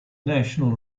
national